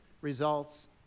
results